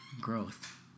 growth